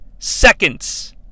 Seconds